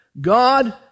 God